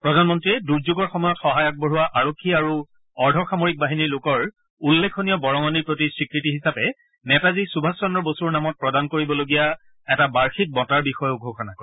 প্ৰধানমন্ত্ৰীয়ে দুৰ্যোগৰ সময়ত সহায় আগবঢ়োৱা আৰক্ষী আৰু অৰ্ধসামৰিক বাহিনীৰ লোকৰ উল্লেখনীয় বৰঙণিৰ প্ৰতি স্বীকৃতি হিচাপে নেতাজী সুভাষ চন্দ্ৰ বসূৰ নামত প্ৰদান কৰিবলগীয়া এটা বাৰ্ষিক বঁটাৰ বিষয়েও ঘোষণা কৰে